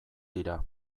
dira